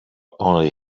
only